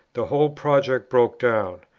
the whole project broke down.